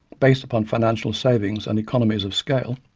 based upon financial savings and economies of scale,